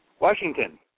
Washington